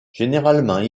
généralement